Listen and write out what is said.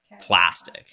plastic